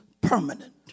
permanent